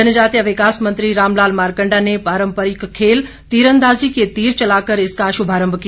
जनजातीय विकास मंत्री रामलाल मारकंडा ने पारम्परिक खेल तीरंदाजी के तीर चलाकर इसका शुभारम्भ किया